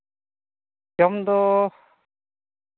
ᱡᱚᱢ ᱫᱚ